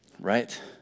Right